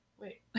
Wait